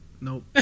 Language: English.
Nope